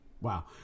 wow